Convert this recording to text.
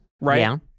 right